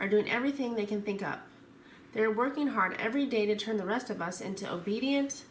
are doing everything they can think up their working hard every day to turn the rest of us into obedient